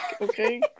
okay